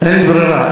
אין ברירה.